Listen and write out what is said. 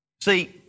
See